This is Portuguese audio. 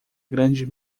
grande